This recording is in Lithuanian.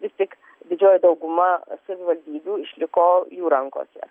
vis tik didžioji dauguma savivaldybių išliko jų rankose